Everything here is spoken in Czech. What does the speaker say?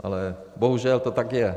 Ale bohužel to tak je.